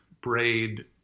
Braid